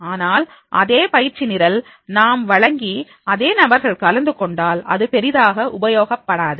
ஆனால் அதே பயிற்சி நிரல் நாம் வழங்கி அதே நபர்கள் கலந்து கொண்டால் அது பெரிதாக உபயோகப்படாது